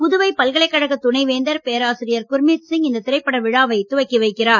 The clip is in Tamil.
புதுவை பல்கலைக்கழக துணைவேந்தர் பேராசிரியர் குர்நீத்சிங் இந்த திரைப்பட விழாவை துவக்கி வைக்கிறார்